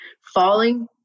falling